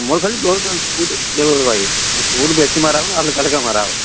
ମୋର ଖାଲି ସୁଟ୍ ବେଶୀ ମାରା ହେବନି ହାଲ୍କା ହାଲ୍କା ମାରା ହେବ